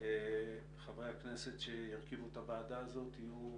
חברי הכנסת שירכיבו את הוועדה הזאת יהיו: